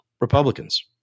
Republicans